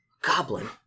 Goblin